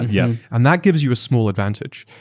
yeah and that gives you a small advantage.